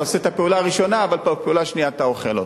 אתה עושה את הפעולה הראשונה אבל בפעולה השנייה אתה אוכל אותה.